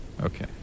okay